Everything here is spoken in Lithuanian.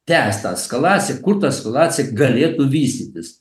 tęs tą eskalaciją kur ta eskalacija galėtų vystytis